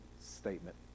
statement